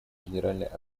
генеральной